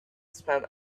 spend